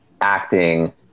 acting